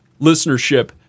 listenership